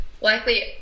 likely